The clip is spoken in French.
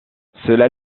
cela